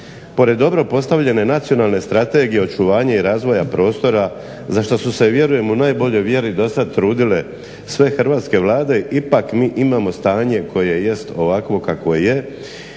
Pored dobro postavljene Nacionalne strategije očuvanja i razvoja prostora za što su se vjerujem u najboljoj vjeri dosad trudile sve hrvatske vlade ipak mi imamo stanje koje jest ovakvo kakvo je,